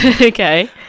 Okay